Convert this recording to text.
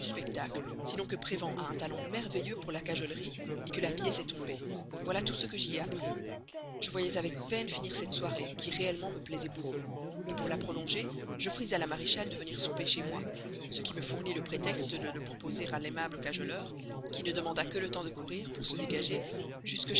spectacle sinon que prévan a un talent merveilleux pour la cajolerie que la pièce est tombée voilà tout ce que j'y ai appris je voyais avec peine finir cette soirée qui réellement me plaisait beaucoup pour la prolonger j'offris à la maréchale de venir souper chez moi ce qui me fournit le prétexte de le proposer à l'aimable cajoleur qui ne demanda que le temps de courir pour se dégager